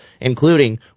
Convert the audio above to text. including